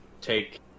take